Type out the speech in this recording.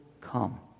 come